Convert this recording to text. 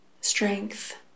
strength